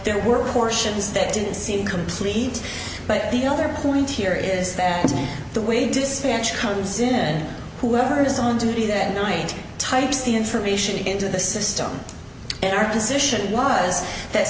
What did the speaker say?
there were fortunes that didn't seem complete but the other point here is that the way dispatch comes in then whoever is on duty that night types the information into the system and our position was that